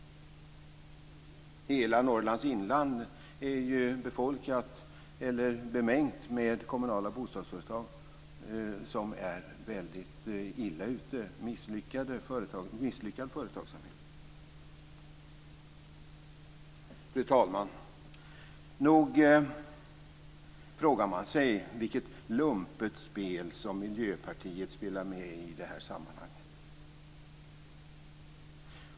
Hela Norrlands inland är bemängt med kommunala bostadsföretag som är väldigt illa ute - det är misslyckad företagsamhet. Fru talman! Nog frågar man sig i vilket lumpet spel som Miljöpartiet spelar med i det här sammanhanget.